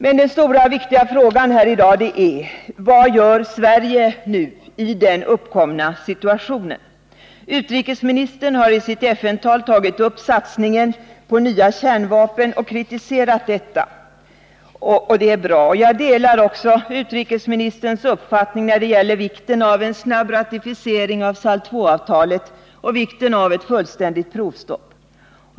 Men den stora, viktiga frågan här i dag är: Vad gör Sverige nu i den uppkomna situationen? Utrikesministern har i sitt FN-tal tagit upp satsningen på nya kärnvapen och kritiserat den. Det är bra. Jag delar också utrikesministerns uppfattning när det gäller vikten av en snabb ratificering av SALT II-avtalet och vikten av ett fullständigt provstopp.